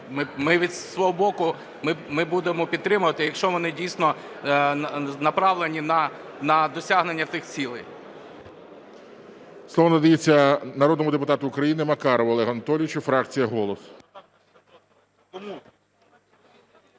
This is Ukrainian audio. Ми зі свого боку будемо підтримувати, якщо вони дійсно направлені на досягнення тих цілей. ГОЛОВУЮЧИЙ. Слово надається народному депутату України Макарову Олегу Анатолійовичу, фракція "Голос".